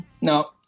No